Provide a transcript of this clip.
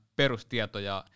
perustietoja